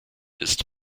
ist